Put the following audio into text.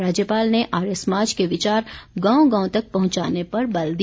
राज्यपाल ने आर्य समाज के विचार गांव गांव तक पहुंचाने पर बल दिया